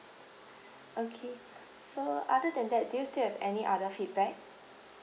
okay so other than that do you still have any other feedback